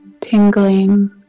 tingling